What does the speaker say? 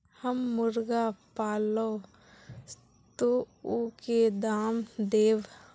हम मुर्गा पालव तो उ के दाना देव?